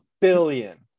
billion